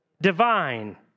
divine